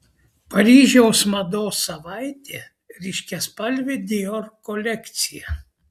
paryžiaus mados savaitė ryškiaspalvė dior kolekcija